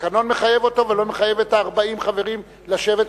התקנון מחייב אותו ולא מחייב את 40 החברים לשבת,